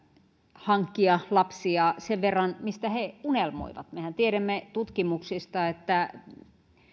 hankkia lapsia sen verran kuin mistä he unelmoivat mehän tiedämme tutkimuksista että